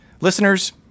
Listeners